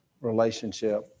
relationship